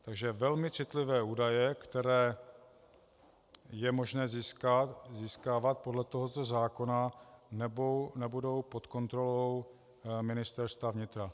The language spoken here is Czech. Takže velmi citlivé údaje, které je možné získávat podle tohoto zákona, nebudou pod kontrolou Ministerstva vnitra.